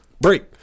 Break